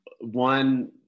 one